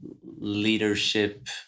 leadership